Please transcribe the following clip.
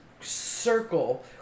circle